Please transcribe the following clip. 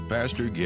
Pastor